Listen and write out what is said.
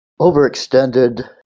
Overextended